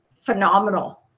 phenomenal